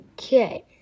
Okay